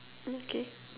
okay